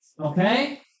Okay